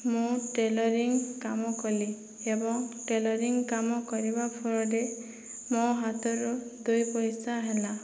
ମୁଁ ଟେଲରିଂ କାମ କଲି ଏବଂ ଟେଲରିଂ କାମ କରିବା ଫଳରେ ମୋ ହାତରୁ ଦୁଇପଇସା ହେଲା